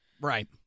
right